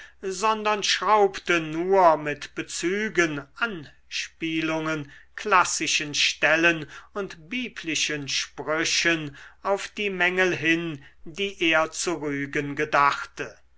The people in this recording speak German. sondern schraubte nur mit bezügen anspielungen klassischen stellen und biblischen sprüchen auf die mängel hin die er zu rügen gedachte